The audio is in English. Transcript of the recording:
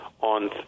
on